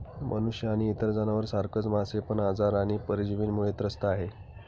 मनुष्य आणि इतर जनावर सारखच मासे पण आजार आणि परजीवींमुळे त्रस्त आहे